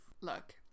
Look